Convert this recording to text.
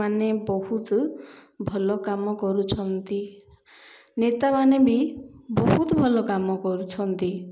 ମାନେ ବହୁତ ଭଲ କାମ କରୁଛନ୍ତି ନେତା ମାନେ ବି ବହୁତ ଭଲ କାମ କରୁଛନ୍ତି